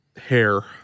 Hair